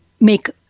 make